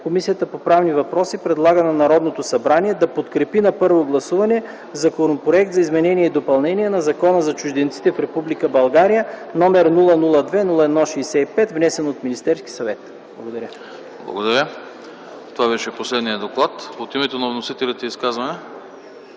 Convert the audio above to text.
Комисията по правни въпроси предлага на Народното събрание да подкрепи на първо гласуване Законопроект за изменение и допълнение на Закона за чужденците в Република България, № 002-01-65, внесен от Министерския съвет.” Благодаря. ПРЕДСЕДАТЕЛ АНАСТАС АНАСТАСОВ: Благодаря. Това беше последният доклад. От името на вносителите изказване?